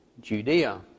Judea